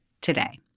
today